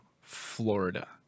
Florida